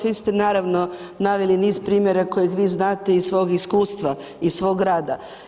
Vi ste naravno naveli niz primjera kojeg vi znate iz svog iskustva i svog rada.